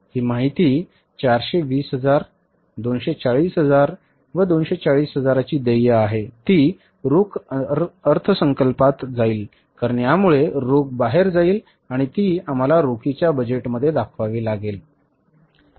ही माहिती जी420 हजार 240 हजार 240 हजारची देय आहे ती रोख अर्थसंकल्पात जाईल कारण यामुळे रोख बाहेर जाईल आणि ती आम्हाला रोखीच्या बजेटमध्ये दाखवावी लागेल